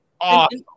awesome